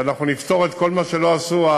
שאנחנו נפתור את כל מה שלא עשו,